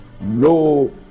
no